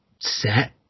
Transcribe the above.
set